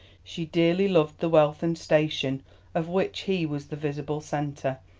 she dearly loved the wealth and station of which he was the visible centre,